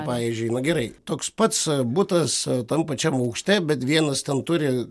pavyzdžiui gerai toks pats butas tam pačiam aukšte bet vienas ten turi